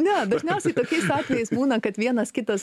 ne dažniausiai tokiais atvejais būna kad vienas kitas